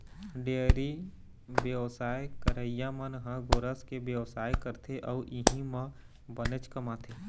dairy बेवसाय करइया मन ह गोरस के बेवसाय करथे अउ इहीं म बनेच कमाथे